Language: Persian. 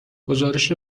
گزارش